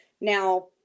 Now